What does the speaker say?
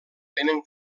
tenen